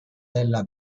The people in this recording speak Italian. della